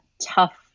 tough